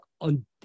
on